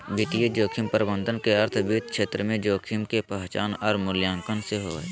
वित्तीय जोखिम प्रबंधन के अर्थ वित्त क्षेत्र में जोखिम के पहचान आर मूल्यांकन से हय